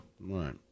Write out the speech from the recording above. right